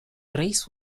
race